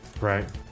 Right